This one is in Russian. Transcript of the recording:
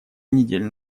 недель